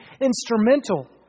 instrumental